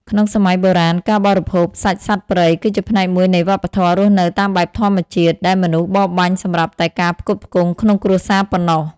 ក្នុងសម័យបុរាណ ការបរិភោគសាច់សត្វព្រៃគឺជាផ្នែកមួយនៃវប្បធម៌រស់នៅតាមបែបធម្មជាតិ ដែលមនុស្សបរបាញ់សម្រាប់តែការផ្គត់ផ្គង់ក្នុងគ្រួសារប៉ុណ្ណោះ។